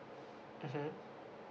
mmhmm